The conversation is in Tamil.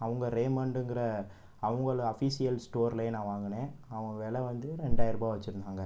அவங்க ரேமான்டுங்கிற அவங்கள அஃப்ஃபிசியல் ஸ்டோர்லேயே நான் வாங்குனேன் அவங்க வில வந்து ரெண்டாயிர ரூபா வச்சுருந்தாங்க